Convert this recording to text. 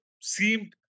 seemed